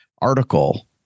article